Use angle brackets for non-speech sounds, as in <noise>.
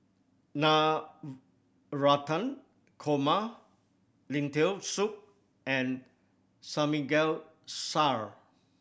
<unintelligible> Korma Lentil Soup and Samgyeopsal